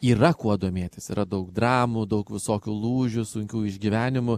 yra kuo domėtis yra daug dramų daug visokių lūžių sunkių išgyvenimų